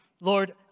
Lord